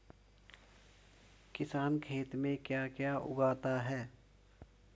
किसान खेत में क्या क्या उगाता है?